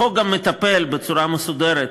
החוק גם מטפל בצורה מסודרת